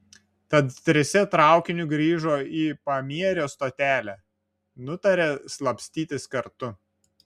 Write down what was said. tad trise traukiniu grįžo į pamierio stotelę nutarė slapstytis kartu